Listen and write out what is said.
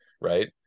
right